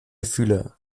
gefühle